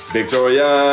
Victoria